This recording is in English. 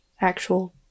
actual